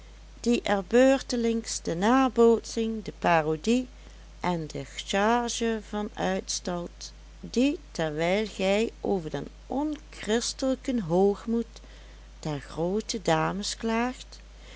die er beurtelings de nabootsing de parodie en de charge van uitstalt die terwijl gij over den onchristelijken hoogmoed der groote dames klaagt